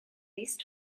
least